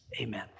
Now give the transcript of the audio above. amen